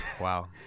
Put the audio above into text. Wow